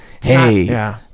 hey